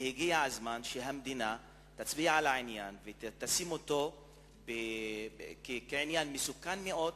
הגיע הזמן שהמדינה תצביע על העניין ותציב אותו כעניין מסוכן מאוד,